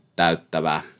täyttävä